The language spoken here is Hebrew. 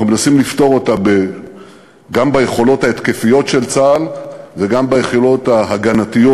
אנחנו מנסים לפתור אותה גם ביכולות ההתקפיות של צה"ל וגם ביכולות ההגנתיות